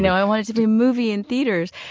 yeah i want it to be a movie in theaters.